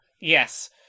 Yes